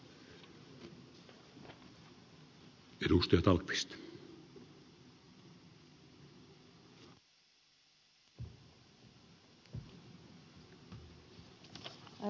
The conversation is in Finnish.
arvoisa puhemies